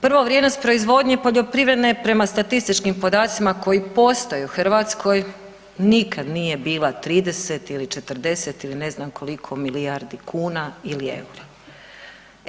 Prvo vrijednost proizvodnje poljoprivredne prema statističkim podacima koji postoje u Hrvatskoj nikad nije bila 30 ili 40 ili ne znam koliko milijardi kuna ili EUR-a.